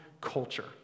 culture